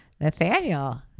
Nathaniel